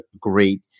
great